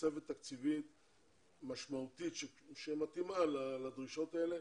תוספת תקציבית משמעותית שמתאימה לדרישות האלה